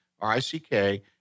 R-I-C-K